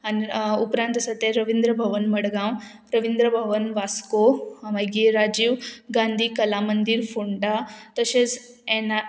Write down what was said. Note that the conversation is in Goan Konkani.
आनी उपरांत आसा ते रविंद्र भवन मडगांव रविंद्र भवन वास्को मागीर राजीव गांधी कला मंदीर फोंडा तशेंच एना